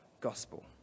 gospel